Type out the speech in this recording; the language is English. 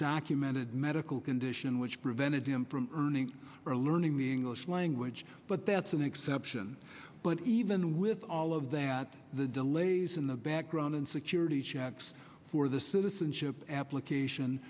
documented medical condition which prevented him from earning or learning the english language but that's an exception but even with all of that the delays in the background and security checks for the citizenship allocation